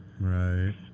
Right